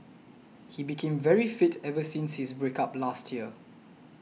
he became very fit ever since his break up last year